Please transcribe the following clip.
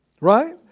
Right